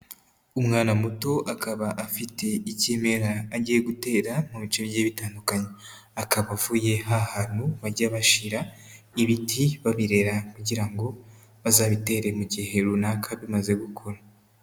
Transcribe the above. Umwana muto akaba afite ikimera agiye gutera mu bice bigiye bitandukanye, akaba avuye ha hantu bajya bashira ibiti babirera kugira ngo bazabitere mu gihe runaka bimaze gukura.